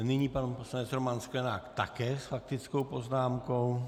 Nyní pan poslanec Roman Sklenák také s faktickou poznámkou.